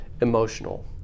emotional